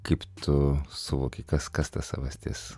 kaip tu suvoki kas kas ta savastis